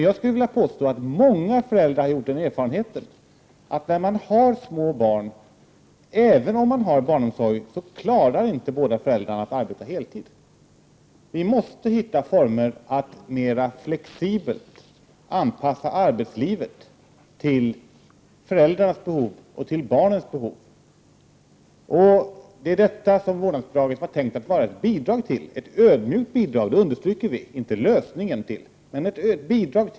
Jag skulle vilja påstå att många föräldrar har gjort den erfarenheten att när man har små barn, även om man har barnomsorg, klarar inte båda föräldrarna att arbeta heltid. Vi måste hitta former att mera flexibelt anpassa arbetslivet till föräldrarnas behov och till barnens behov. Det är detta som vårdnadsbidraget var tänkt att vara ett bidrag till, ett ödmjukt bidrag — vi understryker det — inte lösningen, men ett bidrag.